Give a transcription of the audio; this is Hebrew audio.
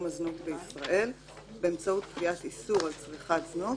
הזנות בישראל באמצעות קביעת איסור על צריכת זנות